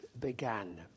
began